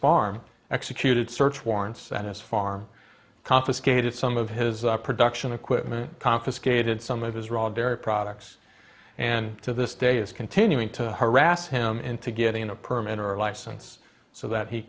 farm executed search warrants at his farm confiscated some of his production equipment confiscated some of his raw dairy products and to this day is continuing to harass him into getting a permit or license so that he